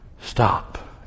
Stop